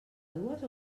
dues